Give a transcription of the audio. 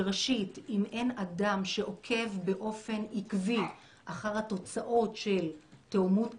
שאם אין אדם שעוקב באופן עקבי אחר התוצאות של תאומות כזו,